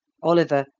oliver,